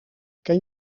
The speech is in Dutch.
ken